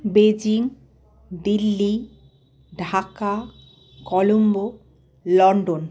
Beijing Delhi Dhaka Colombo London